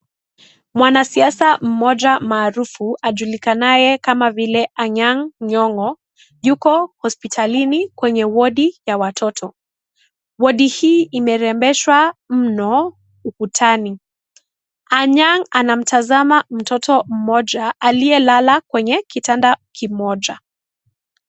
Mwanasiasa mmoja maarufu ajulikanaye kama vile Anyang' Nyong'o. Yuko hospitalini kwenye wodi ya watoto. Wodi hii imerembeshwa mno ukutani. Anyang' anamtazama mtoto mmoja aliyelala kwenye kitanda kimoja.